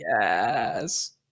Yes